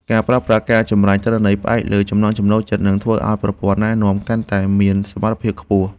ការប្រើប្រាស់ ការចម្រាញ់ទិន្នន័យផ្អែកលើចំណង់ចំណូលចិត្ត នឹងធ្វើឱ្យប្រព័ន្ធណែនាំកាន់តែមានសមត្ថភាពខ្ពស់។